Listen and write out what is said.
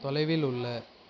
தொலைவில் உள்ள